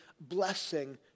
blessing